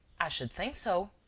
i should think so!